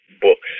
books